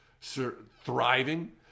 thriving